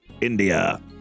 India